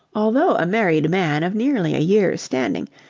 although a married man of nearly a year's standing,